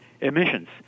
emissions